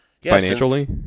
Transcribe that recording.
financially